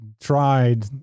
tried